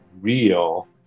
real